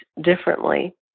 differently